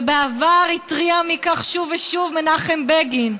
ובעבר התריע על כך שוב ושוב מנחם בגין.